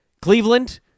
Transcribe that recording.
Cleveland